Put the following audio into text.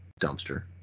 dumpster